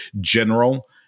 general